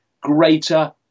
greater